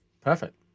Perfect